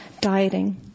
dieting